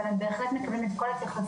אבל הם בהחלט מקבלים את כל ההתייחסות